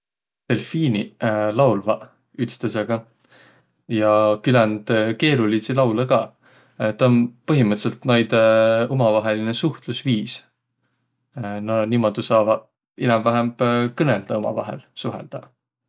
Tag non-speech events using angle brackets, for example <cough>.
Delfiiniq <hesitation> laulvaq ütstõsõga ja küländ keeruliidsi laulõ ka. Taa om põhimõttõlidsõlt näide umavahelinõ suhtlusviis. Nä niimuudu saavaq inämb-vähämb kõnõldaq umavahel, suheldaq.